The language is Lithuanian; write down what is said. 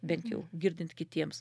bent jau girdint kitiems